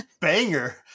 banger